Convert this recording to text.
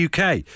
UK